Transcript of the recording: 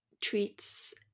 treats